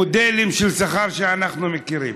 מודלים של שכר שאנחנו מכירים.